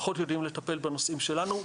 פחות יודעים לטפל בנושאים שלנו,